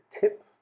tip